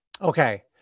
Okay